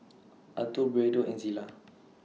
Alto Braydon and Zillah